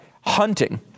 hunting